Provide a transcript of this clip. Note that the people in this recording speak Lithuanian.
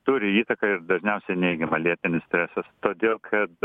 turi įtaką ir dažniausia neigiamą lėtinis stresas todėl kad